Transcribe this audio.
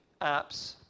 apps